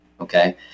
Okay